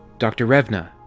dr. revna!